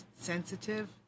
sensitive